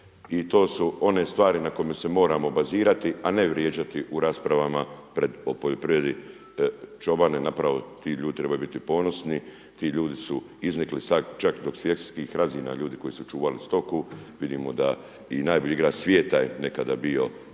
i to su one stvari na kojima se moramo bazirati a ne vrijeđati u raspravama o poljoprivredi, čobani zapravo, ljudi trebaju biti ponosni, ti ljudi su iznikli čak do svjetskih razina, ljudi koji su čuvali stoku, vidimo da i najbolji igrač svijeta je nekada bio